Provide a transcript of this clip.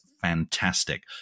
fantastic